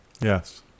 Yes